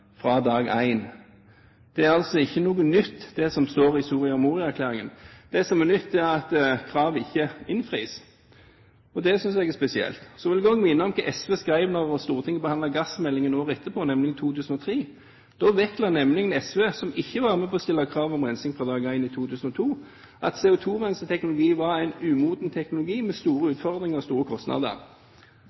fra dag én. Det som står i Soria Moria-erklæringen, er altså ikke noe nytt. Det som er nytt, er at kravet ikke innfris, og det synes jeg er spesielt. Så vil jeg også minne om hva SV vektla da Stortinget behandlet gassmeldingen året etter, nemlig 2003. Da vektla nemlig SV, som ikke var med på å stille krav om rensing fra dag én i 2002, at CO2-renseteknologi var en umoden teknologi med store utfordringer og store kostnader.